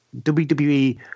WWE